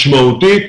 משמעותית.